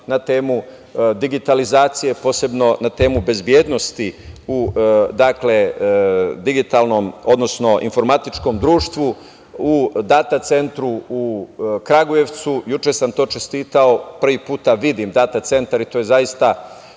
na temu digitalizacije, posebno na temu bezbednosti u digitalnom, odnosno informatičkom društvu u „Data centru“ u Kragujevcu. Juče sam to čestitao. Prvi put vidim „Data centar“ i to je nešto